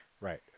Right